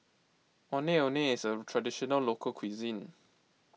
Ondeh Ondeh is a Traditional Local Cuisine